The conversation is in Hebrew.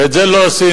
ואת זה לא עשינו.